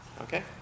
Okay